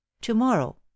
to-morrow